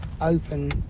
Open